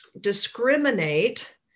discriminate